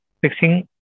fixing